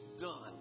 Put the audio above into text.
done